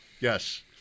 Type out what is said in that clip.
yes